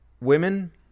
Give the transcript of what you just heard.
Women